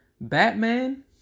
Batman